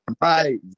right